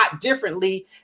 differently